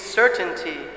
certainty